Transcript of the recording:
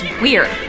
weird